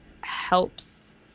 helps